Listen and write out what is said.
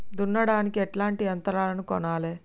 దున్నడానికి ఎట్లాంటి యంత్రాలను కొనాలే?